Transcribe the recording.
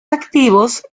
activos